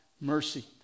mercy